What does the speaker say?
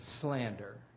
slander